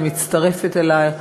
ואני מצטרפת אלייך.